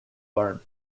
learn